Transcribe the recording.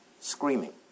screaming